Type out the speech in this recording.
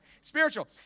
Spiritual